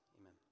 amen